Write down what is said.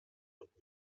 und